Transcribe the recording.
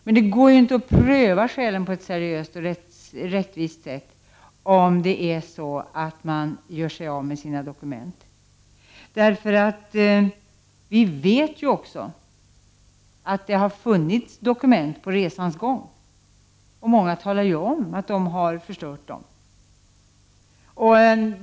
Men det går ju inte att pröva skälen på ett seriöst och rättvist sätt om flyktingarna gör sig av med sina dokument. Vi vet nämligen att det har funnits dokument under resans gång, och många flyktingar talar om att de har förstört dessa dokument.